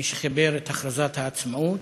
מי שחיבר את הכרזת העצמאות,